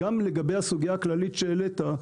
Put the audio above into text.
גם לגבי הסוגייה הכללית שהעלית,